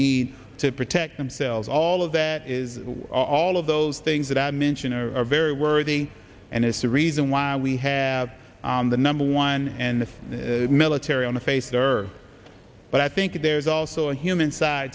need to protect themselves all of that is all of those things that i mentioned are very worthy and is the reason why we have the number one in the military on the face of earth but i think there's also a human side